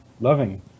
loving